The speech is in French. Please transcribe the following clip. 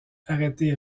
arrêté